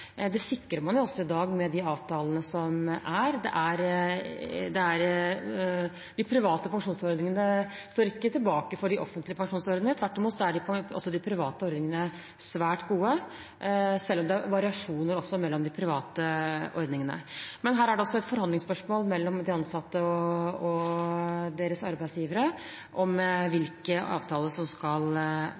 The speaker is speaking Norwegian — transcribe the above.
Det sikrer man også i dag med de avtalene som er. De private pensjonsordningene står ikke tilbake for de offentlige pensjonsordningene – tvert imot er også de private ordningene svært gode, selv om det er variasjoner mellom de private ordningene. Her er det et forhandlingsspørsmål mellom de ansatte og deres arbeidsgivere om hvilken avtale som skal